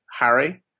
Harry